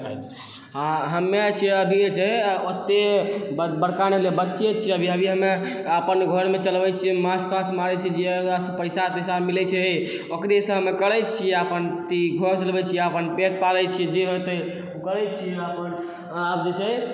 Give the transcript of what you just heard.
हमे छिए अभिए छै ओते बड़का नहि भेलिए अभी बच्चे छिए अभी अभी हमे अपन घरमे चलबै छिए माछ ताछ मारै छी जे ओहिसँ पैसा तैसा मिलै छै ओकरेसँ हमे करै छी अपन घर चलबै छी आओर अपन पेट पालै छी जे होतै ओ करै छी आब जे छै